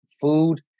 food